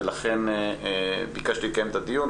לכן ביקשתי לקיים את הדיון.